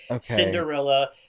Cinderella